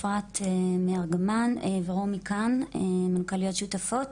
אפרת מארגמן ורומי כאן, מנכ"ליות שותפות.